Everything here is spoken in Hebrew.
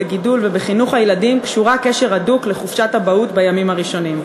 בגידול ובחינוך הילדים קשורה קשר הדוק לחופשת אבהות בימים הראשונים.